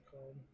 called